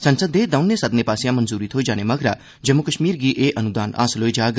संसद दे दौनें सदनें पास्सेआ मंजूरी थ्होने जाने मगरा जम्मू कष्मीर गी एह अनुदान हासल होई जाग